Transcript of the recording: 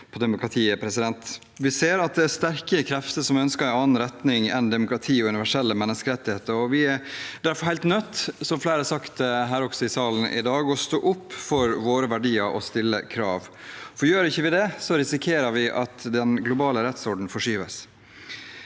på demokratiet. Vi ser at det er sterke krefter som ønsker en annen retning enn demokrati og universelle menneskerettigheter. Vi er derfor helt nødt til, som flere har sagt også i salen i dag, å stå opp for våre verdier og stille krav. Gjør vi ikke det, risikerer vi at den globale rettsordenen forskyves.